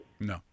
No